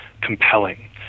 compelling